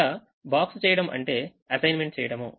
ఇక్కడ బాక్స్ చేయడం అంటే అసైన్మెంట్ చేయడం